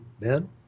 men